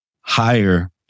higher